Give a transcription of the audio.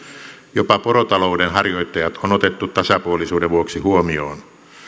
jopa porotalouden harjoittajat on otettu tasapuolisuuden vuoksi huomioon